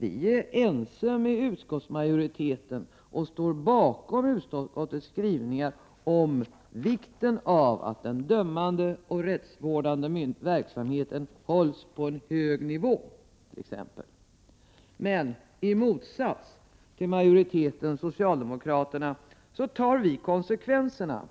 Vi är ense med utskottsmajoriteten och står t.ex. bakom utskottets skrivningar om vikten av att den dömande och rättsvårdande verksamheten hålls på en hög nivå. I motsats till majoriteten, socialdemokraterna, tar vi emellertid konsekvenserna